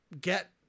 get